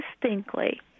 distinctly